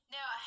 Now